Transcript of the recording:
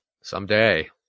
Someday